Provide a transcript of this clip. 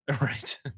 Right